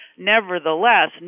Nevertheless